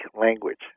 language